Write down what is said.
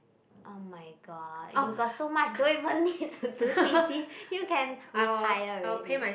oh-my-god you got so much don't even need to do T_C you can retire already